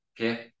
Okay